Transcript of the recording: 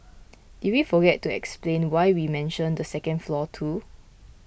did we forget to explain why we mentioned the second floor too